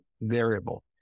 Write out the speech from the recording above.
variable